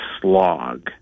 slog